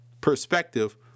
perspective